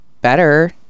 better